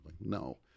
no